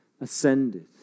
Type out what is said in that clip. ascended